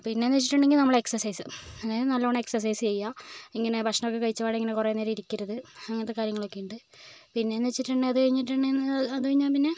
പിന്നെയെന്ന് വെച്ചിട്ടുണ്ടെങ്കിൽ നമ്മൾ എക്സസൈസ് അതായത് നല്ലവണ്ണം എക്സസൈസ് ചെയ്യുക ഇങ്ങനെ ഭക്ഷണമൊക്കെ കഴിച്ചപാടെ ഇങ്ങനെ കുറേ നേരം ഇരിക്കരുത് അങ്ങനത്തെ കാര്യങ്ങളൊക്കെ ഉണ്ട് പിന്നെയെന്ന് വെച്ചിട്ടുണ്ടെങ്കിൽ അത് കഴിഞ്ഞിട്ടുണ്ടെ അത് കഴിഞ്ഞാൽ പിന്നെ